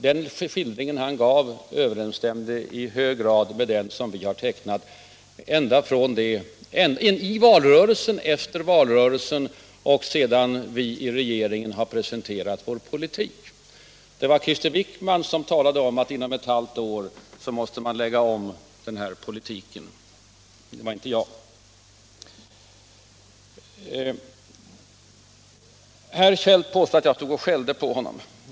Den skildring han gav överensstämde i hög grad med den som vi tecknade i valrörelsen och efter valrörelsen när vi i regeringsställning presenterade vår politik. Det var Krister Wickman -— inte jag — som talade om att man inom ett halvt år måste lägga om politiken. Herr Feldt påstod att jag stod och ”skällde” på honom.